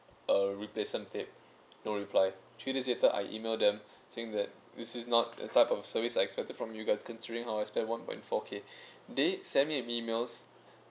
a replacement tape no reply three days later I email them saying that this is not the type of service I expected from you guys considering how I spent one point four K they send me an email